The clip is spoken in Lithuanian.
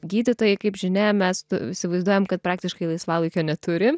gydytojai kaip žinia mes tu įsivaizduojam kad praktiškai laisvalaikio neturi